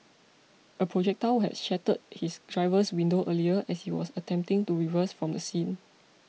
a projectile had shattered his driver's window earlier as he was attempting to reverse from the scene